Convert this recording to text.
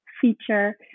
feature